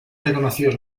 reconocidos